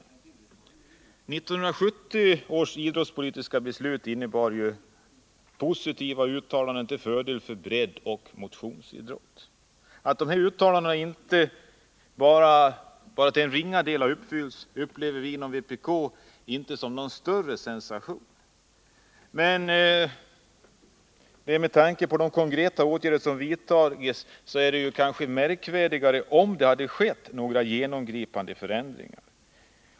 1970 års idrottspolitiska beslut innebar positiva uttalanden till förmån för breddoch motionsidrott. Att dessa uttalanden bara till en ringa del har uppfyllts upplever vi inom vpk inte som någon större sensation. Det hade med tanke på de konkreta åtgärder som vidtagits kanske varit märkvärdigare om det skett några genomgripande förändringar.